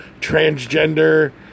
transgender